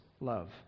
love